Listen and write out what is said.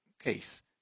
case